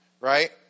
Right